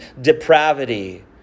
depravity